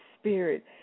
spirit